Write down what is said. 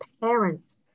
parents